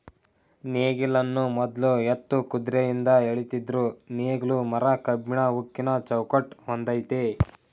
ನೇಗಿಲನ್ನು ಮೊದ್ಲು ಎತ್ತು ಕುದ್ರೆಯಿಂದ ಎಳಿತಿದ್ರು ನೇಗ್ಲು ಮರ ಕಬ್ಬಿಣ ಉಕ್ಕಿನ ಚೌಕಟ್ ಹೊಂದಯ್ತೆ